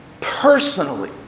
personally